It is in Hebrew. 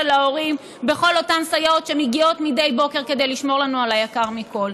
ההורים בכל אותן סייעות שמגיעות מדי בוקר כדי לשמור לנו על היקר מכול.